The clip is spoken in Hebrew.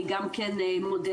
אני גם כן מודרנית,